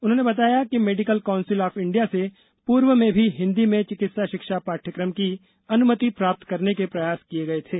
उन्होंने बताया कि मेडिकल काउंसिल ऑफ इंडिया से पूर्व में भी हिन्दी में चिकित्सा शिक्षा पाठ्यक्रम की अनुमति प्राप्त करने के प्रयास किए गए थे